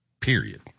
Period